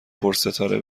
پرستاره